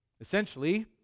Essentially